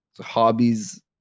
hobbies